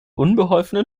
unbeholfenen